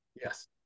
Yes